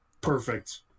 Perfect